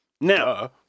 Now